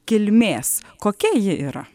kilmės kokia ji yra